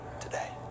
today